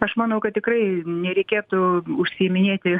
aš manau kad tikrai nereikėtų užsiiminėti